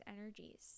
energies